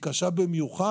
היא קשה במיוחד